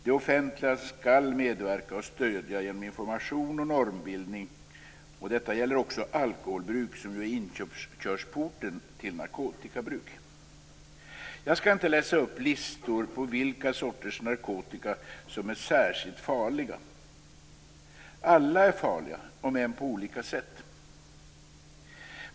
Det offentliga skall medverka och stödja genom information och normbildning. Detta gäller också alkoholbruk som ju är inkörsporten till narkotikabruk. Jag skall inte läsa upp listor på vilka sorters narkotika som är särskilt farliga. Alla är farliga om än på olika sätt.